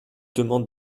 demande